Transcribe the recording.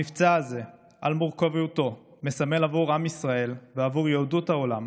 המבצע הזה על מורכבותו מסמל עבור עם ישראל ועבור יהדות העולם